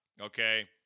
okay